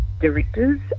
directors